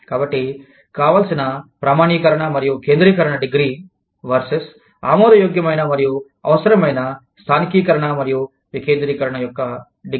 కాబట్టి కావలసిన ప్రామాణీకరణ కేంద్రీకరణ డిగ్రీ వర్సెస్ ఆమోదయోగ్యమైన మరియు అవసరమైన స్థానికీకరణ మరియు వికేంద్రీకరణ యొక్క డిగ్రీ